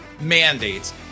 mandates